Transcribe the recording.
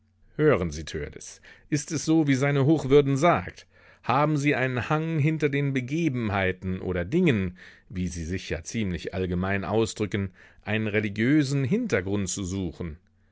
hören sie törleß ist es so wie seine hochwürden sagt haben sie einen hang hinter den begebenheiten oder dingen wie sie sich ja ziemlich allgemein ausdrücken einen religiösen hintergrund zu suchen